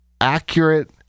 accurate